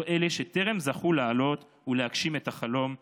אלה שטרם זכו לעלות ולהגשים את החלום הציוני.